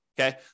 Okay